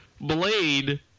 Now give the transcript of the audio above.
Blade